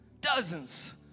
dozens